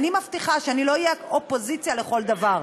אני מבטיחה שאני לא אהיה אופוזיציה לכל דבר.